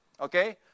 Okay